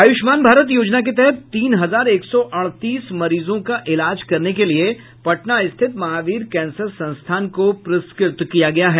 आयुष्मान भारत योजना के तहत तीन हजार एक सौ अड़तीस मरीजों का इलाज करने के लिये पटना स्थित महावीर कैंसर संस्थान को पूरस्कृत किया गया है